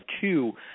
two